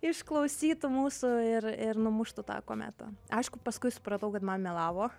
išklausytų mūsų ir ir numuštų tą kometą aišku paskui supratau kad man melavo